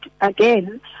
again